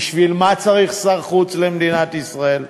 בשביל מה צריך שר חוץ למדינת ישראל?